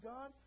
God